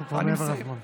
אנחנו כבר מעבר לזמן.